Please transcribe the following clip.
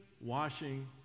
washing